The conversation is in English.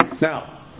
Now